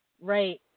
Right